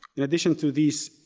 in addition to this,